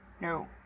No